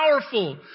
powerful